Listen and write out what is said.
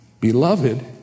Beloved